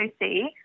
see